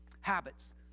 habits